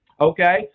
Okay